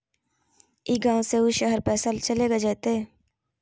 ई गांव से ऊ शहर पैसा चलेगा जयते?